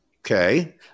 Okay